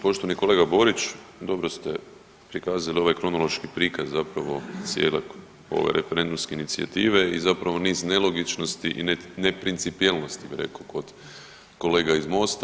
Poštovani kolega Borić, dobro ste prikazali ovaj kronološki prikaz zapravo cijele ove referendumske inicijative i zapravo niz nelogičnosti i neprincipijelnosti bi rekao kod kolega iz MOST-a.